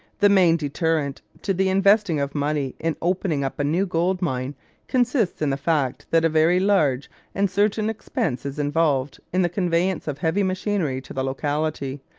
the main deterrent to the investing of money in opening up a new gold mine consists in the fact that a very large and certain expense is involved in the conveyance of heavy machinery to the locality,